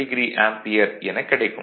7o ampere எனக் கிடைக்கும்